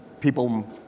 People